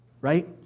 Right